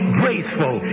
graceful